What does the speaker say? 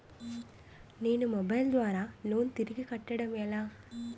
నేను మొబైల్ ద్వారా లోన్ తిరిగి కట్టడం ఎలా?